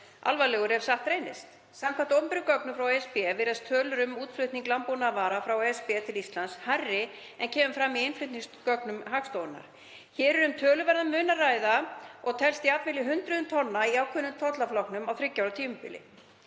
alvarlegt ef satt reynist. Samkvæmt opinberum gögnum frá ESB virðast tölur um útflutning landbúnaðarvara frá ESB til Íslands hærri en kemur fram í innflutningsgögnum Hagstofunnar. Hér er um töluverðan mun að ræða og telst jafnvel í hundruðum tonna í ákveðnum tollflokkum á þriggja ára tímabili,